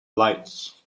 lights